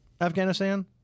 Afghanistan